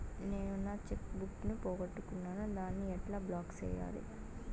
నేను నా cheque book ను పోగొట్టుకున్నాను దాన్ని ఎట్లా బ్లాక్ సేయాలి?